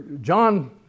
John